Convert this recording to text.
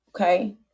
okay